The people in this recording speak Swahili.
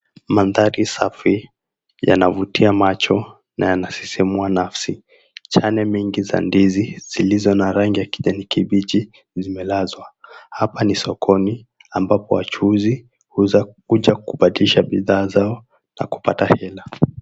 Mandhari safi yanavutia macho na yanasisimua nafsi. Chane mingi za ndizi zilizo na rangi ya kijanikibichi zimelazwa. Hapa ni sokoni ambapo wachuuzi huja kubadilisha bidhaa zao na kupata hela.